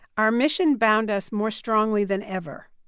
our mission bound us more strongly than ever,